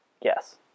yes